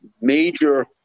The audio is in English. major